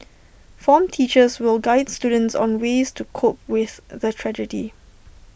form teachers will Guides students on ways to cope with the tragedy